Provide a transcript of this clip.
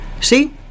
See